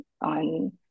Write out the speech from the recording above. on